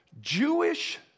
Jewish